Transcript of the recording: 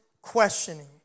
questioning